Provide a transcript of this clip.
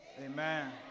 Amen